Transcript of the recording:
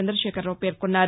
చంద్రశేఖరావు పేర్కొన్నారు